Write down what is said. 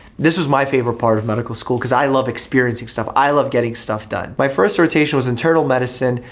this was my favorite part of medical school, because i love experiencing stuff, i love getting stuff done. my first rotation was internal medicine,